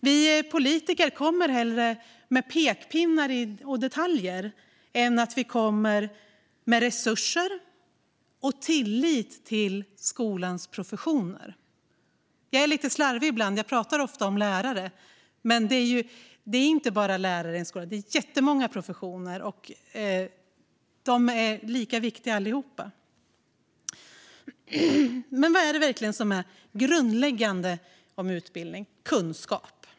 Vi politiker kommer hellre med pekpinnar och detaljer än med resurser och tillit till skolans professioner. Jag är lite slarvig ibland. Jag pratar om lärare, men det är inte bara lärare i en skola. Det är jättemånga professioner, och de är lika viktiga allihop. Men vad är verkligen grundläggande när det gäller utbildning? Kunskap.